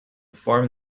form